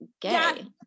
gay